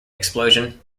explosion